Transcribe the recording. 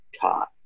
taught